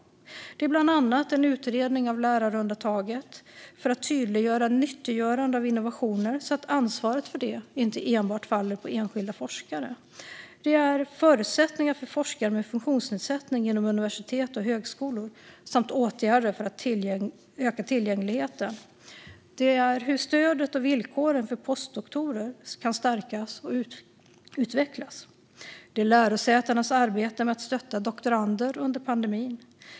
Ett är en utredning av lärarundantaget för att tydliggöra nyttiggörandet av innovationer så att ansvaret för det inte faller enbart på enskilda forskare. Ett handlar om förutsättningarna för forskare med funktionsnedsättning inom universitet och högskolor samt åtgärder för att öka tillgängligheten. Ett handlar om hur stödet och villkoren för postdoktorer kan stärkas och utvecklas. Ett handlar om lärosätenas arbete med att stötta doktorander under pandemin.